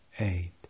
eight